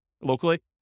locally